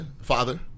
Father